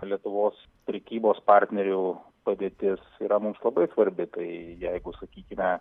lietuvos prekybos partnerių padėtis yra mums labai svarbi tai jeigu sakykime